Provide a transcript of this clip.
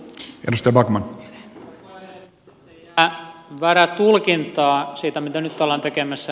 sanon jottei jää väärää tulkintaa siitä mitä nyt ollaan tekemässä